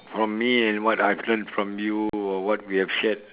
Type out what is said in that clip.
from me and what I've learnt from you or what we have shared